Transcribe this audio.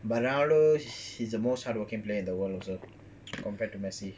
ronaldo he is the most hardworking player in the world also compared to messi